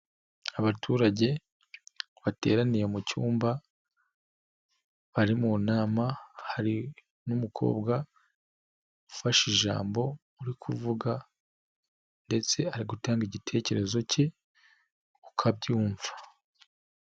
Abaturage bateraniye mu cyumba bari mu nama, hari n'umukobwa ufashe ijambo uri kuvuga ndetse ari gutanga igitekerezo ke uko abyumva.